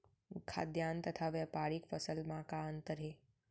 खाद्यान्न तथा व्यापारिक फसल मा का अंतर हे?